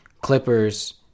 Clippers